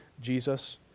Jesus